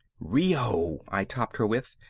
rio! i topped her with.